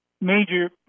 major